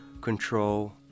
control